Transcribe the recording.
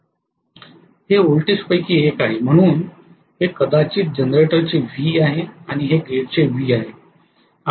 हे व्होल्टेजपैकी एक आहे म्हणूनच हे कदाचित जनरेटरचे V आहे आणि हे ग्रीडचे V आहे